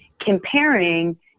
comparing